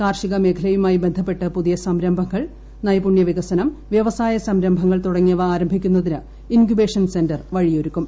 കാർഷിക മേഖലയുമായി ബന്ധപ്പെട്ട് പുതിയ സംരംഭങ്ങൾ നൈപുണ്യ വികസനം വ്യവസായ സംരംഭങ്ങൾ തുടങ്ങിയവ ആരംഭിക്കുന്നതിന് ഇൻക്യുബേഷൻ സെന്റർ വഴിയൊരുക്കും